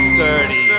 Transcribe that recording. dirty